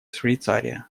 швейцария